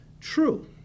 True